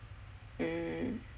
mm